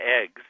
eggs